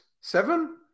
seven